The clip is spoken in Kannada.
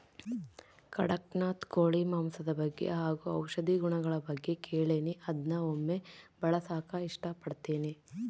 ಕಡಖ್ನಾಥ್ ಕೋಳಿ ಮಾಂಸದ ಬಗ್ಗೆ ಹಾಗು ಔಷಧಿ ಗುಣಗಳ ಬಗ್ಗೆ ಕೇಳಿನಿ ಅದ್ನ ಒಮ್ಮೆ ಬಳಸಕ ಇಷ್ಟಪಡ್ತಿನಿ